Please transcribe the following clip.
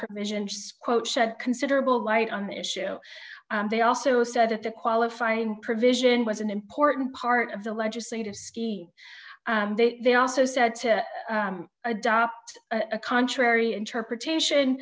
provision just quote said considerable light on the issue they also said that the qualifying provision was an important part of the legislative scheme they also said to adopt a contrary interpretation